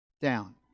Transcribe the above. down